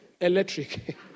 electric